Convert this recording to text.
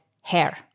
hair